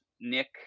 Nick